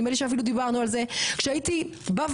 נדמה לי שאפילו דיברנו על זה כשהייתי בוועדה,